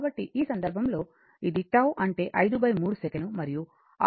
కాబట్టి ఈ సందర్భంలో ఇది τ అంటే 53 సెకను మరియు RThevenin మీకు 203 వచ్చింది